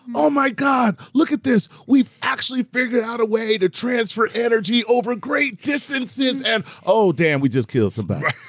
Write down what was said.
oh my god, look at this, we've actually figured out a way to transfer energy over great distances and oh, damn, we just killed somebody.